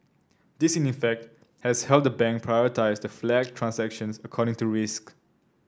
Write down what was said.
this in effect has helped the bank prioritise the flagged transactions according to risk